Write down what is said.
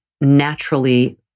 naturally